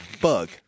Bug